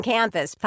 Campus